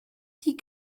die